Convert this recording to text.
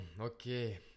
okay